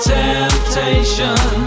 temptation